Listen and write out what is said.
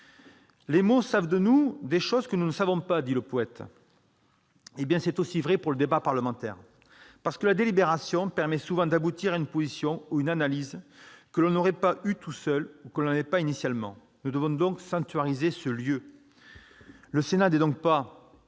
« Les mots savent de nous des choses que nous ignorons d'eux », écrit le poète. C'est aussi vrai pour le débat parlementaire. En effet, la délibération permet souvent d'aboutir à une position ou à une analyse que l'on n'aurait pas eue tout seul ou que l'on n'avait pas eue initialement. Nous devons donc sanctuariser ce lieu. Le Sénat n'est certes pas